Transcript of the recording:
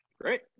Great